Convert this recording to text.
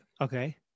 Okay